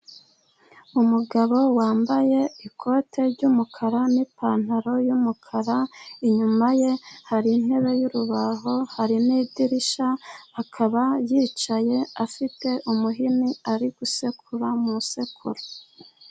Umugabo wambaye ikote ry'umukara n'ipantaro y'umukara, inyuma ye hari intebe y'urubaho hari n'idirishya, akaba yicaye afite umuhini ari gusekura mu isekuru.